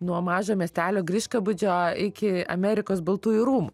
nuo mažo miestelio griškabūdžio iki amerikos baltųjų rūmų